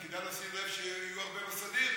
אז כדאי לשים לב שיהיו הרבה בסדיר,